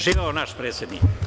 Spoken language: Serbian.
Živeo naš predsednik.